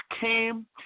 came